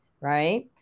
Right